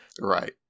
Right